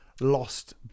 lost